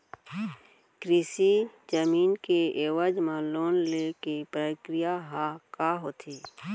कृषि जमीन के एवज म लोन ले के प्रक्रिया ह का होथे?